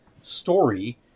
story